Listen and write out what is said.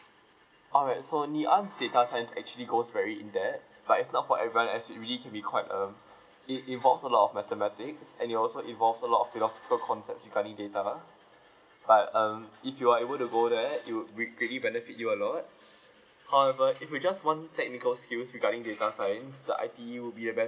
alright so ngee ann's data science actually goes very in depth but it's not for everyone as it really can be quite um it involves a lot of mathematics and it also involves a lot of philosopher concepts regarding data but um if you are able to go there it would be greatly benefit you a lot however if you just want technical skills regarding data science the I_T_E will be the best